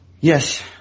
yes